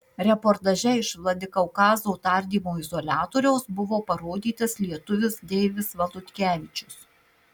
reportaže iš vladikaukazo tardymo izoliatoriaus buvo parodytas lietuvis deivis valutkevičius